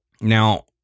Now